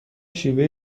شیوهای